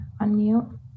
unmute